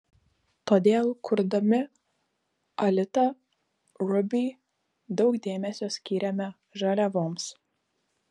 todėl kurdami alita ruby daug dėmesio skyrėme žaliavoms